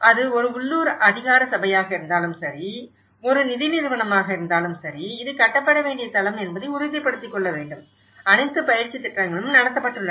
அது ஒரு உள்ளூர் அதிகாரசபையாக இருந்தாலும் சரி அது ஒரு நிதி நிறுவனமாக இருந்தாலும் சரி இது கட்டப்பட வேண்டிய தளம் என்பதை உறுதிப்படுத்திக் கொள்ள வேண்டும் அனைத்து பயிற்சித் திட்டங்களும் நடத்தப்பட்டுள்ளன